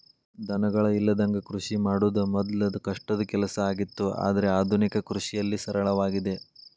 ದನಗಳ ಇಲ್ಲದಂಗ ಕೃಷಿ ಮಾಡುದ ಮೊದ್ಲು ಕಷ್ಟದ ಕೆಲಸ ಆಗಿತ್ತು ಆದ್ರೆ ಆದುನಿಕ ಕೃಷಿಯಲ್ಲಿ ಸರಳವಾಗಿದೆ